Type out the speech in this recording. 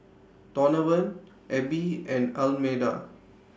Donavan Abbie and Almeda